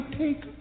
take